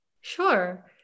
Sure